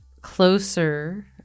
closer